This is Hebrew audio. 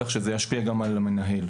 כך שזה ישפיע גם על המנהל.